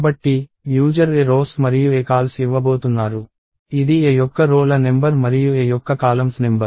కాబట్టి user aRows మరియు aCols ఇవ్వబోతున్నారు ఇది A యొక్క రో ల నెంబర్ మరియు A యొక్క కాలమ్స్ నెంబర్